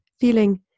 feeling